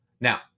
Now